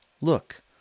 Look